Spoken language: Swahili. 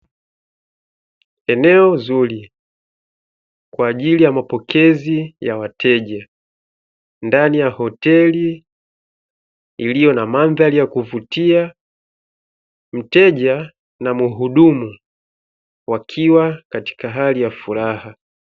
Eneo zuri kwa ajili ya mapokezi ya wateja ndani ya hoteli Iliyo na mandhari ya kuvutia, mteja na muhudumu wakiwa katika hali ya furaha.